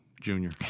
junior